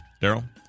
Daryl